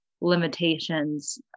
limitations